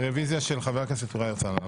רביזיה של חבר הכנסת יוראי להב הרצנו.